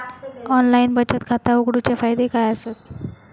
Online बचत खाता उघडूचे फायदे काय आसत?